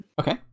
Okay